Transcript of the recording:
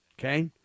okay